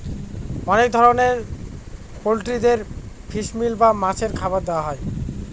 অনেক ধরনের পোল্ট্রিদের ফিশ মিল বা মাছের খাবার দেওয়া হয়